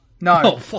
No